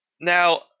Now